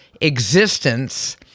existence